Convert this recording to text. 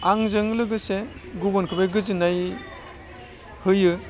आंजों लोगोसे गुबुनखौबो गोजोन्नाय होयो